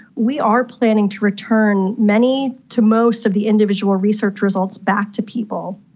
we are planning to return many to most of the individual research results back to people.